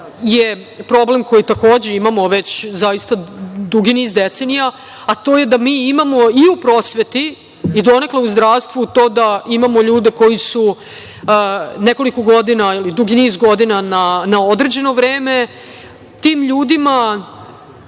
je problem koji takođe imamo već zaista dugi niz decenija, a to je da mi imamo i u prosvetu i donekle u zdravstvu to da imamo ljude koji su nekoliko godina ili dugi niz godina na određeno vreme. Tim ljudima